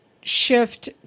shift